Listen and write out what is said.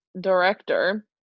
director